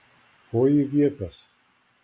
ko ji viepias